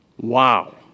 wow